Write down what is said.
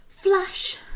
Flash